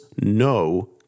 no